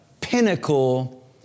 pinnacle